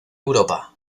europa